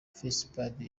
fesipadi